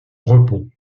repos